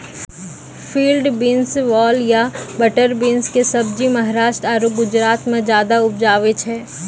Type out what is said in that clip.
field beans, वाल या butter bean कॅ सब्जी महाराष्ट्र आरो गुजरात मॅ ज्यादा उपजावे छै